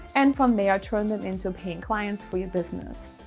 and from there, turn them into paying clients for your business.